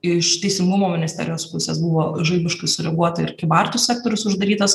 iš teisingumo ministerijos pusės buvo žaibiškai sureaguota ir kybartų sektorius uždarytas